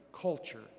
culture